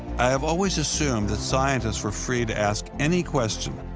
i have always assumed that scientists were free to ask any question,